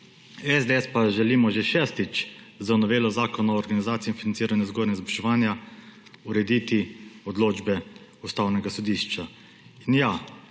SDS želimo že šestič z novelo Zakona o organizaciji in financiranju vzgoje in izobraževanja urediti odločbe Ustavnega sodišča. In ja,